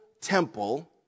temple